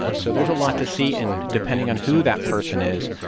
ah so there's a lot to see, and depending on who that person is,